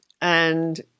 and-